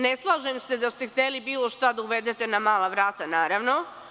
Ne slažem se da ste hteli bilo šta da uvedete na mala vrata naravno.